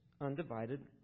undivided